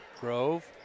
Grove